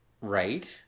Right